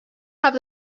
have